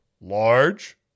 large